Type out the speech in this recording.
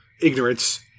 ignorance